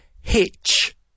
hitch